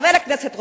חבר הכנסת רותם,